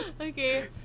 Okay